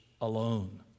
alone